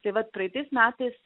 tai vat praeitais metais